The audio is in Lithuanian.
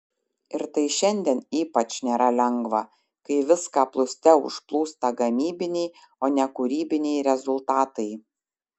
ir tai šiandien ypač nėra lengva kai viską plūste užplūsta gamybiniai o ne kūrybiniai rezultatai